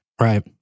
Right